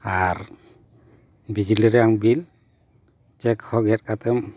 ᱟᱨ ᱵᱤᱡᱽᱞᱤ ᱨᱮᱭᱟᱜ bill check ᱦᱚᱸ ᱜᱮᱫ ᱠᱟᱛᱮᱢ